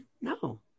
No